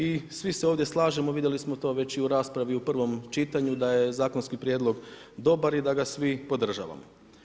I svi se ovdje slažemo, vidjeli smo to već i u raspravi u prvom čitanju da je zakonski prijedlog dobar i da ga svi podržavamo.